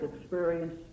experience